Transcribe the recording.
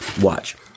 Watch